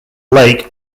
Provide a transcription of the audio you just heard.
lake